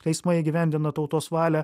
teismai įgyvendina tautos valią